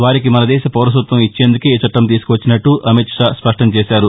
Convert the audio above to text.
వారికి మనదేశ పౌరసత్వం ఇచ్చేందుకే ఈ చట్లం తీసుకువచ్చినట్లు అమిత్ షా స్పష్టంచేశారు